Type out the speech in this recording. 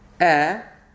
Air